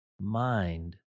Mind